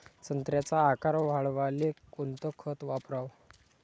संत्र्याचा आकार वाढवाले कोणतं खत वापराव?